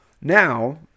Now